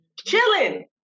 chilling